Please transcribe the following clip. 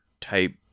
type